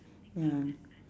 ya